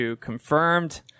confirmed